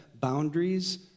boundaries